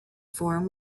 form